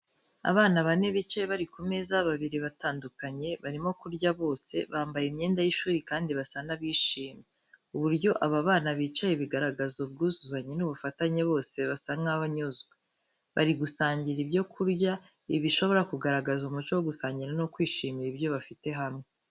Abana bane bicaye bari ku meza babiri batandukanye, barimo kurya bose, bambaye imyenda y’ishuri kandi basa n’abishimye. Uburyo aba bana bicaye bigaragaza ubwuzuzanye n'ubufatanye bose basa nk’abanyuzwe, bari gusangira ibyo kurya. Ibi bishobora kugaragaza umuco wo gusangira no kwishimira ibyo bafite hamwe.